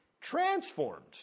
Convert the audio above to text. transformed